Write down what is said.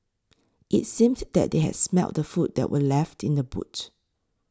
it seemed that they had smelt the food that were left in the boot